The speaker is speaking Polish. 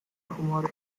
humory